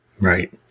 Right